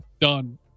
done